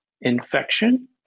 infection